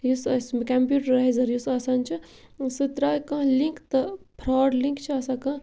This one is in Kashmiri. یُس اَسہِ کَمپیوٗٹَرایزَر یُس آسان چھُ سُہ ترٛایہِ کانٛہہ لِنک تہٕ فرٛاڈ لِنک چھِ آسان کانٛہہ